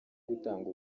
gutanga